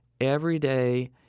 everyday